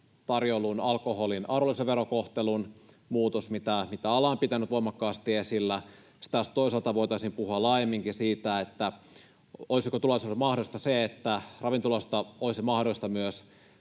tarjoillun alkoholin arvonlisäverokohtelun muutos, mitä ala on pitänyt voimakkaasti esillä. Sitten taas toisaalta voitaisiin puhua laajemminkin siitä, olisiko tulevaisuudessa mahdollista se, että ravintoloista olisi mahdollista myös